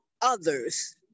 others